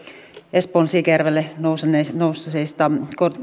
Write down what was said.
espoon siikajärvelle nousseista